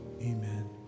amen